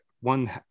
one